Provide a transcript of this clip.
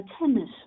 tennis